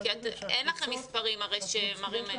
הרי אין לכם מספרים שמראים.